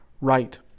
right